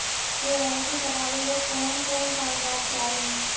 KYC करावे ले कोन कोन कागजात चाही?